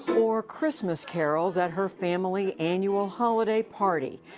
or christmas carols at her family annual holiday party,